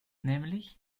nämlich